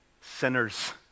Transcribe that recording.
sinners